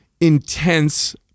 intense